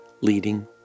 leading